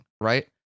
right